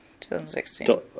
2016